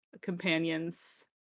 companions